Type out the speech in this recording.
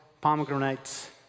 pomegranates